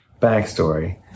Backstory